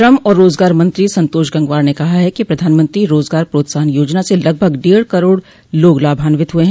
श्रम और रोजगार मंत्री संतोष गंगवार ने कहा है कि प्रधानमंत्री रोजगार प्रोत्साहन योजना से लगभग डेढ़ करोड़ लोग लाभान्वित हुए हैं